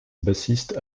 bassiste